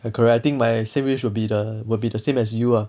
ya correct I think my third wish will be the will be the same as you ah